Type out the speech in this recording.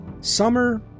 Summer